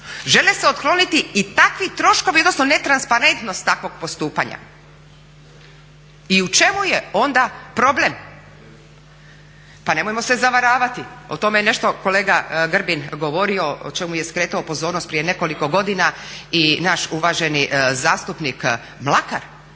Žele se otkloniti i takvi troškovi, odnosno netransparentnost takvog postupanja. I u čemu je onda problem? Pa nemojmo se zavaravati, o tome je nešto kolega Grbin govorio o čemu je skretao pozornost prije nekoliko godina i naš uvaženi zastupnik Mlakar,